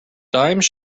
dimes